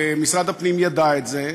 ומשרד הפנים ידע את זה.